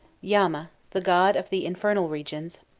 yama, the god of the infernal regions